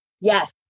Yes